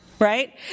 right